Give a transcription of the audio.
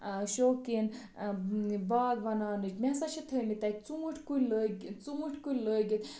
آ شوقیٖن باغ بَناونٕچ مےٚ ہَسا چھِ تھٲومٕتۍ تَتہِ ژوٗنٹھۍ کُلۍ لٲگِتھ ژوٗنٹھۍ کُلۍ لٲگِتھ